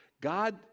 God